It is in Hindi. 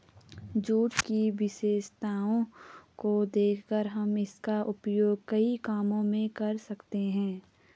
जूट की विशेषताओं को देखकर हम इसका उपयोग कई कामों में कर सकते हैं